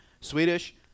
Swedish